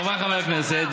חבריי חברי הכנסת,